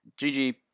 GG